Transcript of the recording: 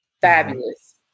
Fabulous